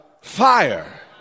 fire